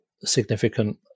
significant